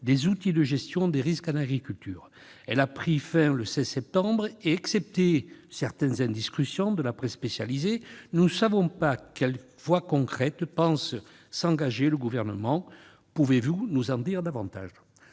des outils de gestion des risques en agriculture ». Elle a pris fin le 16 septembre et, hormis certaines indiscrétions de la presse spécialisée, nous ne savons pas dans quelle voie concrète pense s'engager le Gouvernement. Pouvez-vous nous en dire davantage ?